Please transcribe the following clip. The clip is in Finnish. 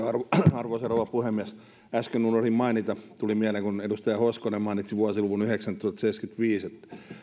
arvoisa rouva puhemies äsken unohdin mainita tuli mieleen kun edustaja hoskonen mainitsi vuosiluvun tuhatyhdeksänsataaseitsemänkymmentäviisi että